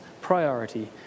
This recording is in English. priority